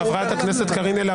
חברת הכנסת קארין אלהרר.